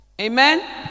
amen